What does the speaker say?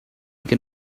can